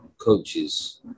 coaches